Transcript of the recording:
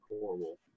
horrible